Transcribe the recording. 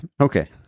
Okay